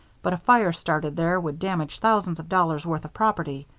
but a fire started there would damage thousands of dollars' worth of property.